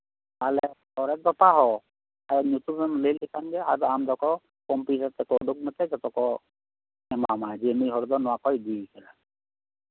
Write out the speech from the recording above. ᱟᱫᱚ ᱧᱩᱛᱩᱢ ᱮᱢ ᱞᱟᱹᱭ ᱞᱮᱠᱷᱟᱱ ᱫᱚ ᱟᱢ ᱫᱚ ᱠᱚᱢᱯᱤᱭᱩᱴᱟᱨ ᱨᱮᱠᱚ ᱩᱰᱩᱠ ᱟᱢᱛᱮ ᱡᱚᱛᱚ ᱠᱚ ᱮᱢᱟᱢᱟ ᱡᱮ ᱱᱩᱭ ᱦᱚᱲ ᱫᱚ ᱱᱚᱣᱟ ᱠᱚᱭ ᱤᱫᱤᱠᱟᱫᱟ